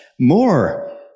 more